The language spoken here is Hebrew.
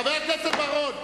חבר הכנסת בר-און,